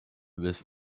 with